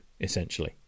essentially